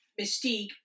Mystique